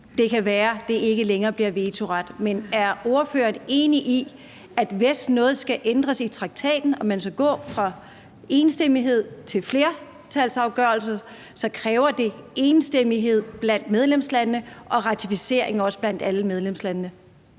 det kan være, at der ikke længere bliver en vetoret. Men er ordføreren enig i, at det, hvis noget skal ændres i traktaten og man skal gå fra enstemmighed til flertalsafgørelser, så kræver enstemmighed blandt medlemslandene og også en ratificering blandt alle medlemslandene?